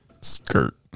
Skirt